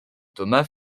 thomas